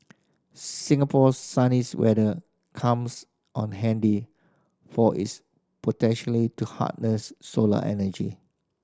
Singapore's sunny weather comes on handy for its potentially to harness solar energy